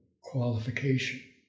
qualification